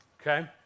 okay